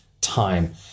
time